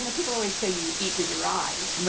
you know people always say you eat with your eyes.